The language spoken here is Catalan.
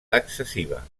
excessiva